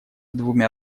двумя